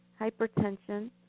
hypertension